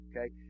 Okay